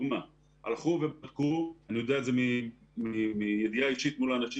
אני יודע את זה מידיעה אישית מול האנשים